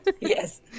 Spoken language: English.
Yes